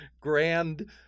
grand